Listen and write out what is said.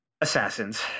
Assassins